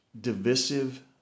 divisive